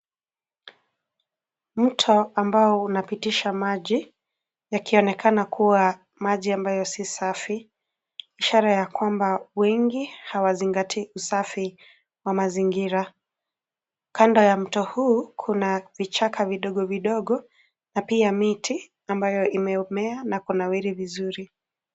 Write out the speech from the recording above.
Mto ambao unapitisha maji, yakionekana kuwa maji ambayo si safi, ishara ya kwamba wengi hawazingatii usafi wa mazingira. Kando ya mto huu kuna vichaka vidogo vidogo na pia miti ambayo imemea na kunawiri vizuri.